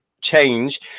change